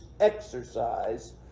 exercise